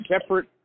separate